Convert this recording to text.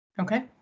Okay